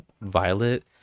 Violet